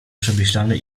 przemyślany